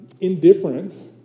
indifference